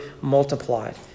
multiplied